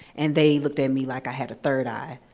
and they looked at me like i had a third eye.